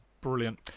Brilliant